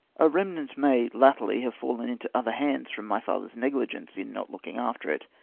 a remnant may latterly have fallen into other hands from my father's negligence in not looking after it,